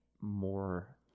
more